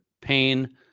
Pain